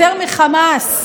יותר מחמאס,